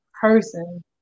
person